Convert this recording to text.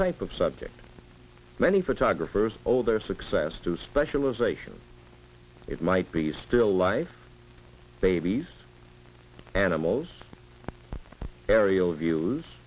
type of subject many photographers all their success to specialization it might be still life babies animals aerial views